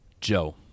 joe